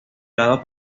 lado